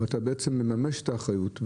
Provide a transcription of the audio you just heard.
ואתה בעצם מממש את האחריות.